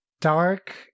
dark